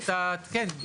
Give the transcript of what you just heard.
רק את, כן.